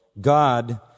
God